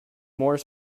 more